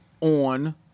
on